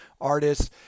artists